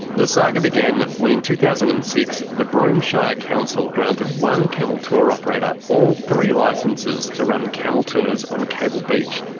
the saga began when in two thousand and six, the broome shire council granted one camel tour operator all three licences to run camel tours on cable beach.